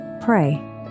pray